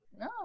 No